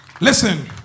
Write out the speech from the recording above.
Listen